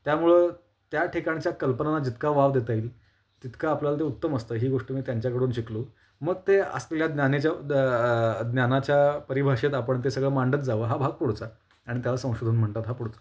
त्यामुळे त्या ठिकाणच्या कल्पनांना जितका वाव देता येईल तितका आपल्याला ते उत्तम असतं ही गोष्ट मी त्यांच्याकडून शिकलो मग ते असलेल्या ज्ञानेच्या द ज्ञानाच्या परिभाषेत आपण ते सगळं मांडत जावं हा भाग पुढचा आणि त्याला संशोधन म्हणतात हा पुढचा